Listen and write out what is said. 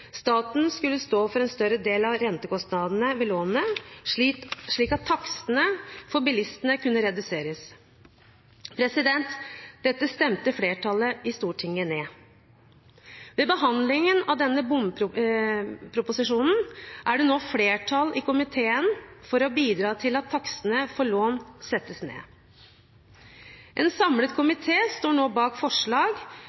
staten skulle stå for en større del av rentekostnadene ved lånene, slik at takstene for bilistene kunne reduseres. Dette stemte flertallet i Stortinget ned. Ved behandlingen av denne bompengeproposisjonen er det nå flertall i komiteen for å bidra til at takstene for lån settes ned. En samlet